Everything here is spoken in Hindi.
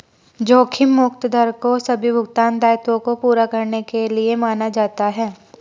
जोखिम मुक्त दर को सभी भुगतान दायित्वों को पूरा करने के लिए माना जाता है